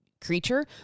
creature